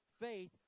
faith